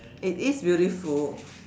it is beautiful